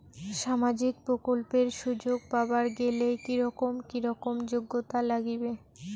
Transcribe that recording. সামাজিক প্রকল্পের সুযোগ পাবার গেলে কি রকম কি রকম যোগ্যতা লাগিবে?